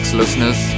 listeners